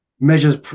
measures